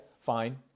Fine